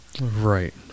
Right